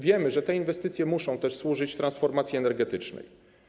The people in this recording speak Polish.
Wiemy, że te inwestycje muszą też służyć transformacji energetycznej.